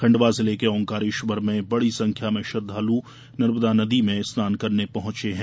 खण्डवा जिले के ओंकारेश्वर में बड़ी संख्या में श्रद्धालु नर्मदा नदी में स्नान करने पहुंचे हैं